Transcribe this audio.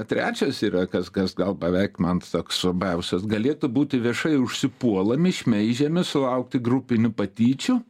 trečias yra kas kas gal beveik man toks svarbiausias galėtų būti viešai užsipuolami šmeižiami sulaukti grupinių patyčių